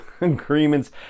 agreements